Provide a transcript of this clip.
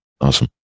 awesome